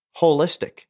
holistic